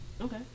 okay